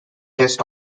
test